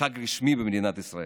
כחג רשמי במדינת ישראל.